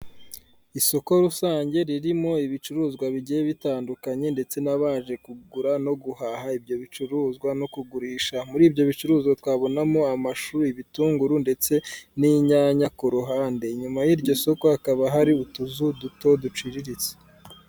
Isoko rusange ririmo ibicuruzwa bigiye bitandukanye ndetse nbanje kugura no guhaha ibyo bicuruzwa no kugurisha muri ibyo bicuruzwa twabonamo amashuri ibitunguru ndetse n'inyanya ku ruhande inyuma y'iryo soko hakaba hari utuzu duto duciriritse.